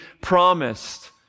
promised